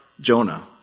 Jonah